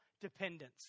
dependence